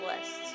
lists